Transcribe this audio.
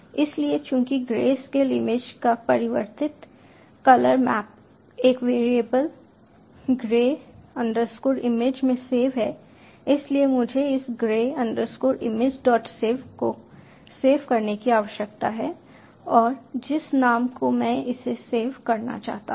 इसलिए चूंकि grey scale image का परिवर्तित कलर मैप एक वेरिएबल grey image में सेव है इसलिए मुझे इस grey imagesave को सेव करने की आवश्यकता है और जिस नाम को मैं इसे सेव करना चाहता हूं